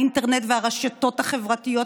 האינטרנט והרשתות החברתיות,